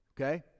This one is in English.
Okay